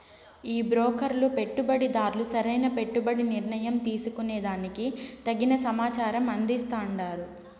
ఈ బ్రోకర్లు పెట్టుబడిదార్లు సరైన పెట్టుబడి నిర్ణయం తీసుకునే దానికి తగిన సమాచారం అందిస్తాండారు